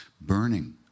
burning